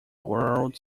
world